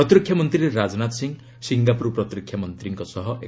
ପ୍ରତିରକ୍ଷା ମନ୍ତ୍ରୀ ରାଜନାଥ ସିଂହ ସିଙ୍ଗାପୁର ପ୍ରତିରକ୍ଷା ମନ୍ତ୍ରୀଙ୍କ ସହ ଏକ